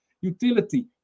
Utility